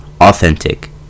authentic